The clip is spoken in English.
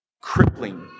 crippling